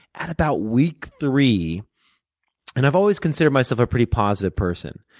at about week three and i've always considered myself a pretty positive person,